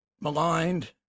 maligned